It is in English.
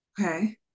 Okay